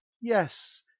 yes